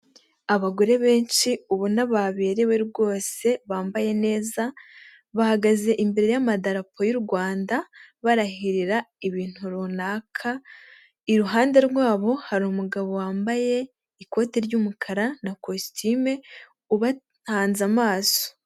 Abagore benshi ubona baberewe rwose bambaye neza, bahagaze imbere y'amadapo y'u Rwanda barahirira ibintu runaka, iruhande rwabo hari umugabo wambaye ikoti ry'umukara na kositime, ubahanze amaso.